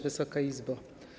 Wysoka Izbo!